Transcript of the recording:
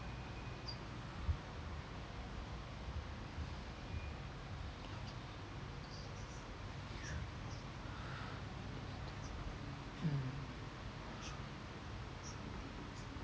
mm